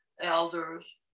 elders